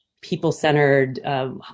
people-centered